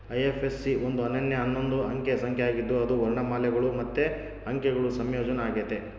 IFSC ಒಂದು ಅನನ್ಯ ಹನ್ನೊಂದು ಅಂಕೆ ಸಂಖ್ಯೆ ಆಗಿದ್ದು ಅದು ವರ್ಣಮಾಲೆಗುಳು ಮತ್ತೆ ಅಂಕೆಗುಳ ಸಂಯೋಜನೆ ಆಗೆತೆ